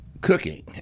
cooking